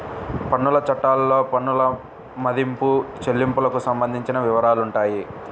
పన్నుల చట్టాల్లో పన్నుల మదింపు, చెల్లింపులకు సంబంధించిన వివరాలుంటాయి